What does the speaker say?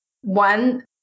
one